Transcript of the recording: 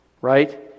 Right